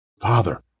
Father